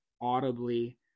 audibly